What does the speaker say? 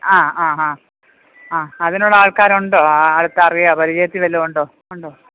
ആ ആ ഹാ ആ അതിനുള്ള ആൾക്കാരുണ്ടോ ആ അടുത്ത് അറിയാന് പരിചയത്തിൽ വല്ലവരും ഉണ്ടോ ഉണ്ടോ